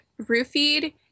roofied